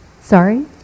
Sorry